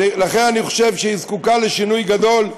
לכן אני חושב שהיא זקוקה לשינוי גדול,